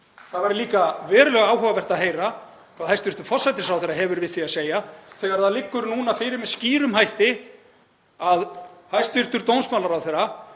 Það væri líka verulega áhugavert að heyra hvað hæstv. forsætisráðherra hefur við því að segja þegar það liggur núna fyrir með skýrum hætti að hæstv. dómsmálaráðherra